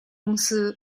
公司